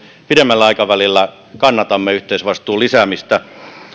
pidemmällä aikavälillä kannatamme yhteisvastuun lisäämistä